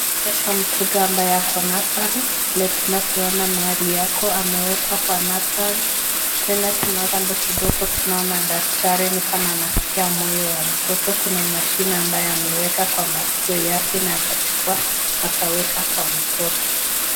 Inaonyesha mtoto ambaye ako nursery vile tunavyoona mahali ako amewekewa kwa nursery .Tena tunaona kando kidogo tunaona daktari ni kama anaskia moyo wa mtoto. Kuna mashine ambaye ameweka kwa maskio yake na akachukua akaweka kwa mtoto.